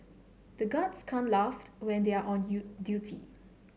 the guards can't laugh when they are on duty